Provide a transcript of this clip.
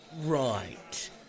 Right